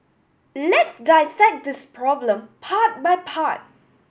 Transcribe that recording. let's dissect this problem part by part